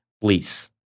please